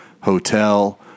hotel